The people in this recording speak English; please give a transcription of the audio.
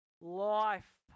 life